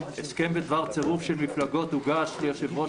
הסכם בדבר צירוף של מפלגות הוגש ליושב-ראש